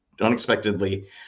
unexpectedly